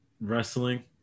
wrestling